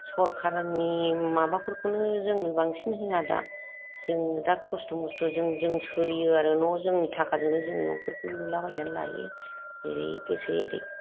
सरकारनि माबाफोरखौनो जोंनो बांसिन होआ दा जोङो दा खस्थ' मस्त' जों जों सोलियो आरो न' जोंनि थाखा जोंनो न'फोरखौ लुलाबायनानै लायो जेरै गोसो एरै